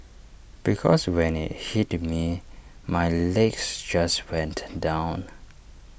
because when IT hit me my legs just went down